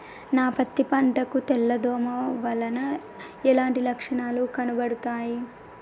నా పత్తి పంట కు తెల్ల దోమ వలన ఎలాంటి లక్షణాలు కనబడుతాయి?